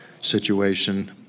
situation